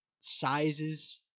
sizes